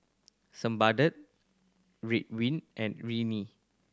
Ridwind and Rene